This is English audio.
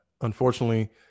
unfortunately